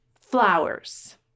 Flowers